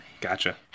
Gotcha